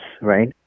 right